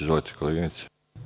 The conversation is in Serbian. Izvolite, koleginice.